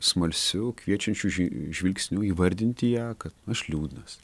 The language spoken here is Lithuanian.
smalsiu kviečiančiu žy žvilgsniu įvardinti ją kad aš liūdnas